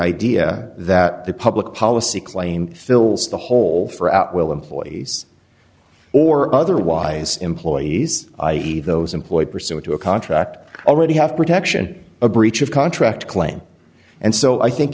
idea that the public policy claim fills the hole for out will employees or otherwise employees i e those employed pursuant to a contract already have protection a breach of contract claim and so i think